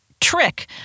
trick